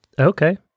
okay